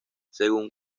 según